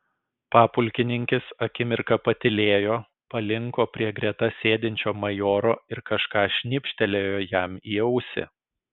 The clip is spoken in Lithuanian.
papulkininkis akimirką patylėjo palinko prie greta sėdinčio majoro ir kažką šnibžtelėjo jam į ausį